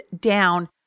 down